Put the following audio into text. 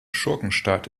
schurkenstaat